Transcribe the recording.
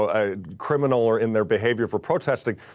a criminal or in their behavior for protesting.